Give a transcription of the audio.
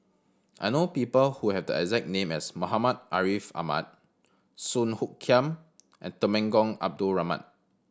I know people who have the exact name as Muhammad Ariff Ahmad Song Hoot Kiam and Temenggong Abdul Rahman